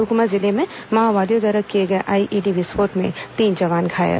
सुकमा जिले में माओवादियों द्वारा किए गए आईईडी विस्फोट में तीन जवान घायल